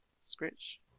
scratch